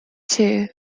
too